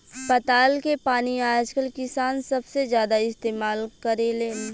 पताल के पानी आजकल किसान सबसे ज्यादा इस्तेमाल करेलेन